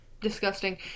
disgusting